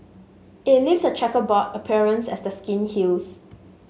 it leaves a chequerboard appearance as the skin heals